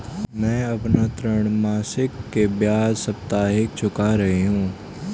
मैं अपना ऋण मासिक के बजाय साप्ताहिक चुका रही हूँ